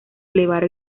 elevar